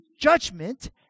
judgment